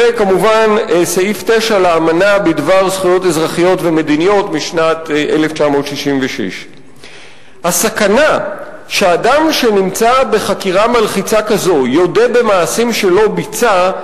וכמובן את סעיף 9 לאמנה בדבר זכויות אזרחיות ומדיניות משנת 1966. הסכנה שאדם שנמצא בחקירה מלחיצה כזאת יודה במעשים שלא ביצע,